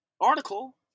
article